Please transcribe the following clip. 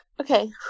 Okay